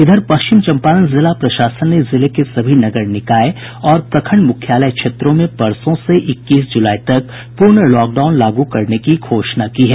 इधर पश्चिम चम्पारण जिला प्रशासन ने जिले के सभी नगर निकाय और प्रखंड मुख्यालय क्षेत्रों में परसों से इक्कीस जुलाई तक पूर्ण लॉकडाउन लागू करने की घोषणा की है